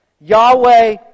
Yahweh